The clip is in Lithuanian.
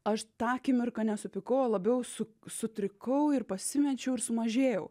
aš tą akimirką ne supykau o labiau su sutrikau ir pasimečiau ir sumažėjau